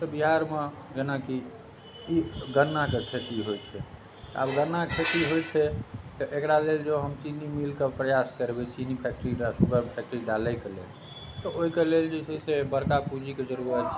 तऽ बिहारमे जेना कि ईख गन्नाके खेती होइ छै आब गन्नाके खेती होइ छै तऽ एकरा लेल जँ हम चीनी मिलके प्रयास करबै चीनी फैक्ट्री शुगर फैक्ट्री डालैके लेल तऽ ओहिके लेल जे छै से बड़का पूँजीके जरूरत छै